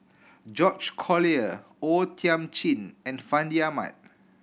George Collyer O Thiam Chin and Fandi Ahmad